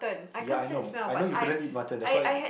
ya I know I know you couldn't eat mutton that's why